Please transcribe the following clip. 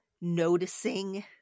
noticing